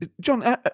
John